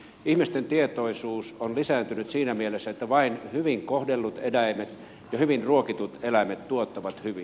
ihmisten tietoisuus on lisääntynyt siinä mielessä että vain hyvin kohdellut eläimet ja hyvin ruokitut eläimet tuottavat hyvin